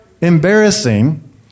embarrassing